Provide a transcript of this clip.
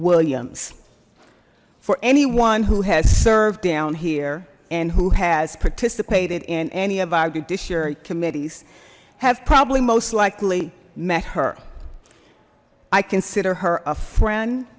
williams for anyone who has served down here and who has participated in any of our judiciary committees have probably most likely met her i consider her a friend